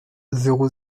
zéro